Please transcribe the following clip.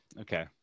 Okay